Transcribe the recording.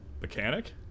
mechanic